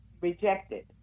rejected